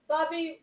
Bobby